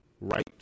right